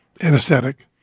anesthetic